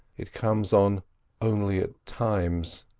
it comes on only at times.